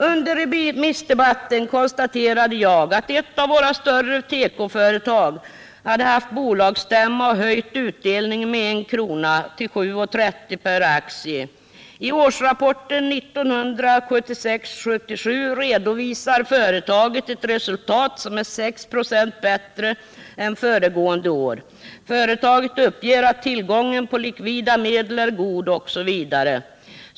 Under remissdebatten konstaterade jag att ett av våra större tekoföretag hade haft bolagsstämma och höjt utdelningen med en krona till 7:30 kr. per aktie. I årsrapporten 1976/77 redovisar företaget ett resultat som är 6 96 bättre än föregående år. Företaget uppger att tillgången på likvida medel är god osv.